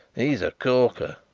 he's a corker,